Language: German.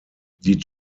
die